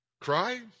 Cry